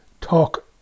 talk